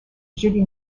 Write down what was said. jeudi